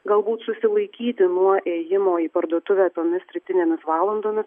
galbūt susilaikyti nuo ėjimo į parduotuvę tomis rytinėmis valandomis